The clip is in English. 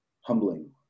humbling